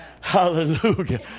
Hallelujah